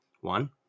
One